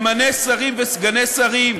ממנה שרים וסגני שרים